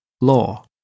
law